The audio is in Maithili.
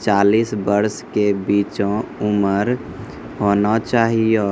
चालीस वर्ष के बीचो उमर होना चाहियो